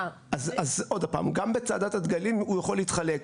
--- עוד פעם, גם בצעדת הדגלים זה יכול להתחלק.